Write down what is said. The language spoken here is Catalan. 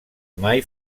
mai